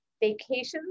vacations